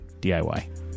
DIY